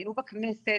היינו בכנסת,